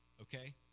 okay